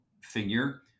figure